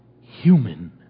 human